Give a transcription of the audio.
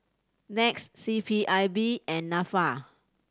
NETS C P I B and Nafa